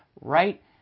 right